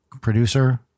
Producer